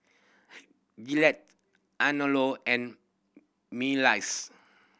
Gillette Anello and Miles